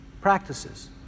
practices